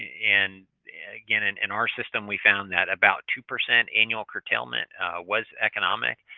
and again, and in our system we found that about two percent annual curtailment was economic,